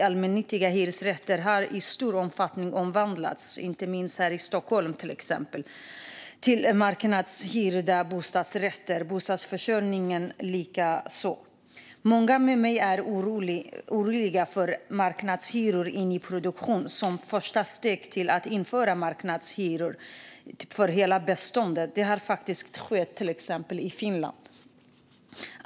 Allmännyttiga hyresrätter har i stor omfattning omvandlats, inte minst i Stockholm, till marknadsstyrda bostadsrätter. Det gäller likaså bostadsförsörjningen. Många med mig är oroliga för att marknadshyror i nyproduktionen är ett första steg till att införa marknadshyror för hela beståndet. Det har faktiskt skett i till exempel Finland.